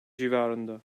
civarında